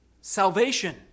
salvation